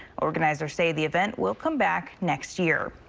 organizers say the event will come back next year.